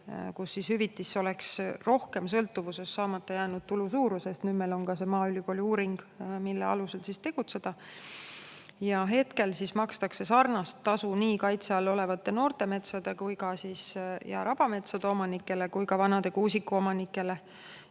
et hüvitis oleks rohkem sõltuvuses saamata jäänud tulu suurusest. Nüüd meil on ka see maaülikooli uuring, mille alusel tegutseda. Hetkel makstakse sarnast tasu nii kaitse all olevate noorte metsade ja rabametsade omanikele kui ka vanade kuusikute omanikele,